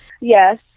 Yes